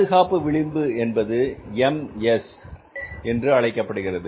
பாதுகாப்பு விளிம்பு என்பது எம் எஸ் என்று அழைக்கப்படுகிறது